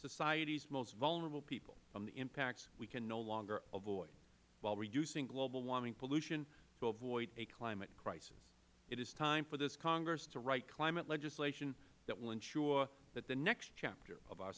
society's most vulnerable people from the impacts we can no longer avoid while reducing global warming pollution to avoid a climate crisis it is time for this congress to write climate legislation that will ensure that the next chapter of our